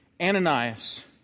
Ananias